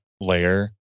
layer